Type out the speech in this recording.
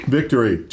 Victory